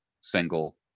single